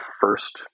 first